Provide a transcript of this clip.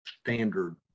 standard